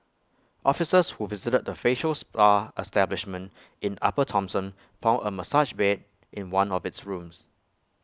officers who visited the facial spa establishment in upper Thomson found A massage bed in one of its rooms